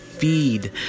Feed